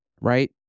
right